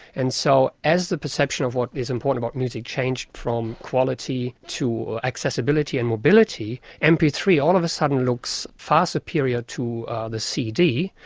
and so as the perception of what is important about music changed from quality to accessibility and mobility, m p three all of a sudden looks far superior to the cd,